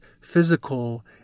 physical